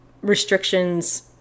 restrictions